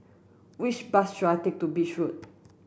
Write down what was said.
which bus should I take to Beach Road